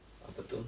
apa tu